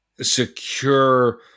secure